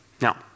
Now